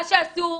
מה שעשו,